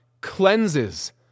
cleanses